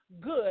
good